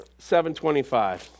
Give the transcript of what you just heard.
7.25